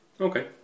okay